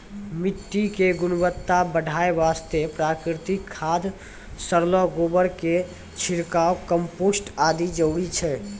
मिट्टी के गुणवत्ता बढ़ाय वास्तॅ प्राकृतिक खाद, सड़लो गोबर के छिड़काव, कंपोस्ट आदि जरूरी छै